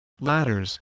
ladders